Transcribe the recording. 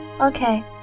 Okay